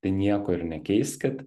tai nieko ir nekeiskit